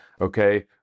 okay